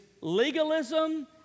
legalism